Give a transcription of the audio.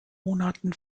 monaten